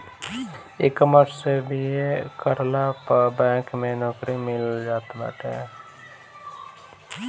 ecommerce से BA करला पअ बैंक में नोकरी मिल जात बाटे